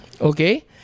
Okay